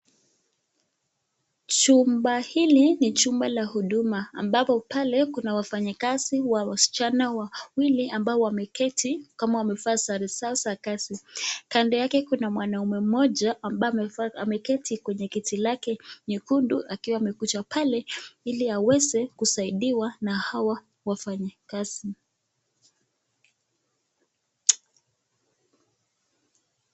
Chumba hili ni chumba la huduma ambalo pale Kuna wafanyikazi wasichana wawili ambao wameketi na wamevaa sare zao za kazi, kando yake kuna mwanaume moja ambaye ameketi kwenye kiti nyekundu akiwa amekuja pale hili aweze kuzadiwa na hawa wafanyikazi.